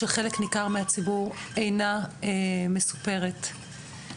שחלק ניכר מהציבור אינה מסופרת כנדרש.